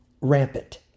rampant